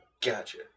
gotcha